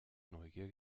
neugier